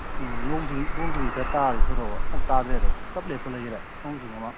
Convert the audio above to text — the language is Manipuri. ꯎꯝ ꯅꯣꯡ ꯁꯤꯡ ꯅꯣꯡ ꯁꯤꯡꯁꯨ ꯈꯔ ꯇꯥꯔꯗꯤ ꯐꯥꯗꯧꯕ ꯑꯃ ꯐꯥꯎ ꯇꯥꯗ꯭ꯔꯦꯗꯣ ꯆꯞ ꯂꯦꯞꯄ ꯂꯩꯈ꯭ꯔꯦ ꯅꯣꯡ ꯁꯤꯡ ꯑꯃ